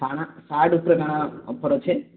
କ'ଣ ସାର୍ଟ ଉପରେ କ'ଣ ଅଫର ଅଛି